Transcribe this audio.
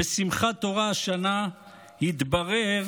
בשמחת תורה השנה, התברר